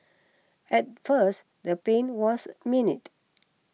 at first the pain was minute